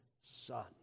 Son